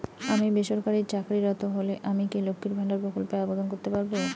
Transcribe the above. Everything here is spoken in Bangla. আমি বেসরকারি চাকরিরত হলে আমি কি লক্ষীর ভান্ডার প্রকল্পে আবেদন করতে পারব?